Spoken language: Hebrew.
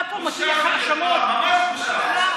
אתה פה מטיל האשמות ממש, מה?